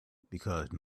because